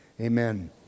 amen